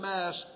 Mass